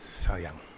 sayang